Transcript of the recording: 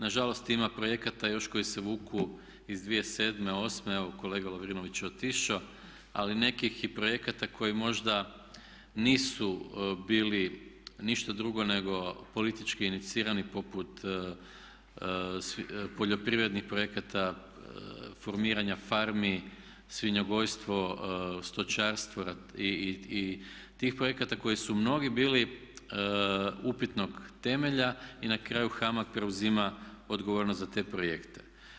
Nažalost ima projekata još koji se vuku iz 2007., 2008.evo kolega Lovrinović je otišao, ali nekih i projekata koji možda nisu bili ništa drugo nego politički inicirani poput poljoprivrednih projekata, formiranja farmi, svinjogojstvo, stočarstvo i tih projekata koje su mnogi bili upitnog temelja i na kraju HAMAG preuzima odgovornost za te projekte.